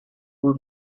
who